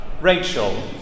Rachel